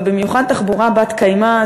ובמיוחד תחבורה בת-קיימא,